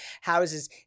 houses